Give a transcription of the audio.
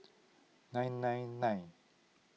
nine nine nine